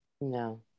No